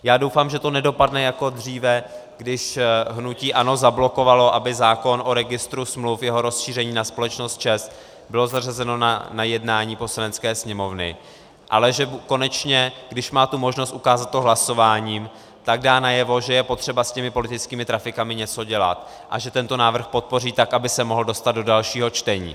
Já doufám, že to nedopadne jako dříve, když hnutí ANO zablokovalo, aby zákon o registru smluv, jeho rozšíření na společnost ČEZ, byl zařazen na jednání Poslanecké sněmovny, ale že konečně, když má tu možnost ukázat to hlasováním, tak dá najevo, že je potřeba s těmi politickými trafikami něco dělat, a že tento návrh podpoří, tak aby se mohl dostat do dalšího čtení.